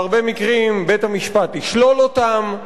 בהרבה מקרים בית-המשפט ישלול אותן,